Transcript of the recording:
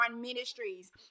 Ministries